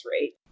rate